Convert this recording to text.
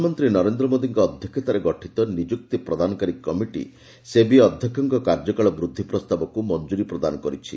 ପ୍ରଧାନମନ୍ତ୍ରୀ ନରେନ୍ଦ୍ର ମୋଦୀଙ୍କ ଅଧ୍ୟକ୍ଷତାରେ ଗଠିତ ନିଯୁକ୍ତି ପ୍ରଦାନକାରୀ କମିଟି ସେବି ଅଧ୍ୟକ୍ଷଙ୍କ କାର୍ଯ୍ୟକାଳ ବୃଦ୍ଧି ପ୍ରସ୍ତାବକୁ ମଂଜୁରୀ ପ୍ରଦାନ କରିଛି